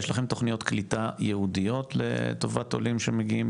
יש לכם תוכניות קליטה ייעודיות לטובת עולים שמגיעים,